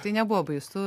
tai nebuvo baisu